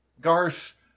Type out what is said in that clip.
Garth